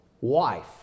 wife